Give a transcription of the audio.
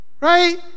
right